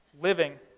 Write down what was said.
living